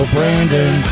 Brandon